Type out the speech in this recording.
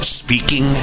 speaking